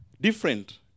different